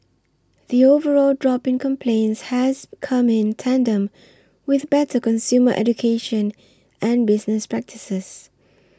the overall drop in complaints has come in tandem with better consumer education and business practices